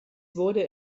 wurde